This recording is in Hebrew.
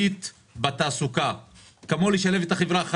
כשאנחנו באים,